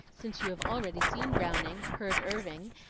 since you have already seen browning, heard irving,